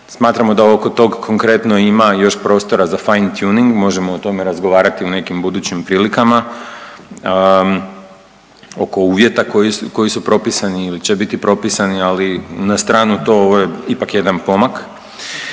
Smatramo da oko tog konkretno ima još prostora za fine-tuning, možemo o tome razgovarati u nekim budućim prilikama oko uvjeta koji su propisani ili će biti propisani. Ali na stranu to, ovo je ipak jedan pomak.